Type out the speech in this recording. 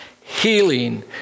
healing